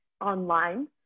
online